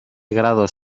grados